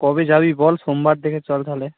কবে যাবি বল সোমবার দেখে চল তাহলে